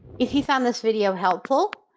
if you found this video helpful,